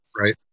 right